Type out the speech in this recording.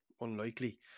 Unlikely